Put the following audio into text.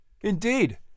Indeed